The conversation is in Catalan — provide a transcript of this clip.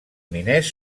miners